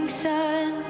sun